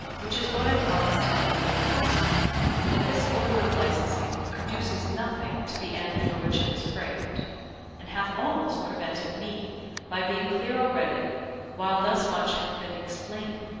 which is what i promised to deliver next that this order of licensing conduces nothing to the end for which it was framed and hath almost prevented me by being clear already while thus much hath been explaining.